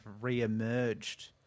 re-emerged